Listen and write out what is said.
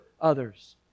others